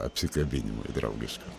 apsikabinimui draugiškam